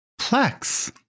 Plex